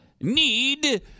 need